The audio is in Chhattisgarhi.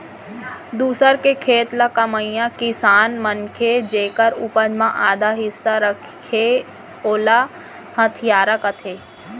दूसर के खेत ल कमइया किसान मनखे जेकर उपज म आधा हिस्सा रथे ओला अधियारा कथें